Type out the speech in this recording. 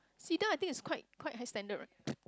Cedar I think is quite quite high standard right